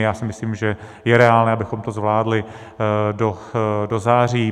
Já si myslím, že je reálné, abychom to zvládli do září.